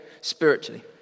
spiritually